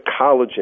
collagen